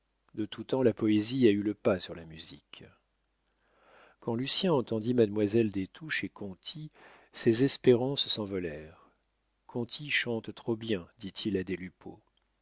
de tout temps la poésie a eu le pas sur la musique quand lucien entendit mademoiselle des touches et conti ses espérances s'envolèrent conti chante trop bien dit-il à des